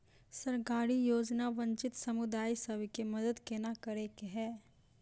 सरकारी योजना वंचित समुदाय सब केँ मदद केना करे है?